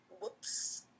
whoops